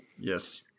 Yes